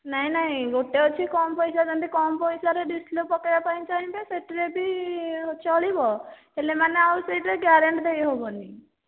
ନାହିଁ ନାହିଁ ଗୋଟେ ଅଛି କମ୍ ପଇସା ସେମିତି କମ୍ ପଇସାରେ ଡିସପ୍ଲେ ପକାଇବାପାଇଁ ଚାହିଁବେ ସେଥିରେ ବି ଚଳିବ ହେଲେ ମାନେ ଆଉ ସେଥିରେ ଗ୍ୟାରେଣ୍ଟି ଦେଇହେବନି